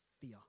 fear